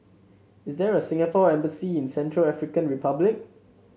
is there a Singapore Embassy in Central African Republic